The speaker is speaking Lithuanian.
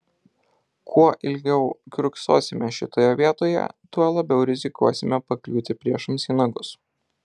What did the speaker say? kuo ilgiau kiurksosime šitoje vietoje tuo labiau rizikuosime pakliūti priešams į nagus